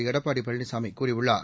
எடப்பாடி பழனிசாமி கூறியுள்ளார்